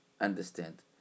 understand